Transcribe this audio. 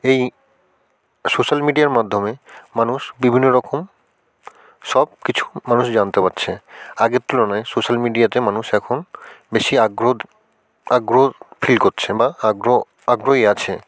এই সোশ্যাল মিডিয়ার মাধ্যমে মানুষ বিভিন্ন রকম সব কিছু মানুষ জানতে পারছে আগের তুলনায় সোশ্যাল মিডিয়াতে মানুষ এখন বেশি আগ্রহ আগ্রহ ফিল করছে বা আগ্রহ আগ্রহী আছে